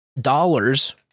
dollars